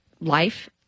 life